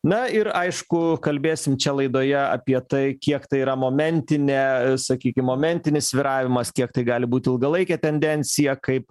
na ir aišku kalbėsim čia laidoje apie tai kiek tai yra momentinė sakykim momentinis svyravimas kiek tai gali būt ilgalaikė tendencija kaip